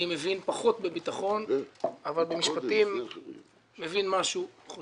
אני מבין פחות בביטחון אבל מבין משהו במשפטים,